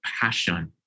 passion